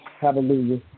Hallelujah